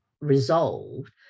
resolved